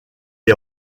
des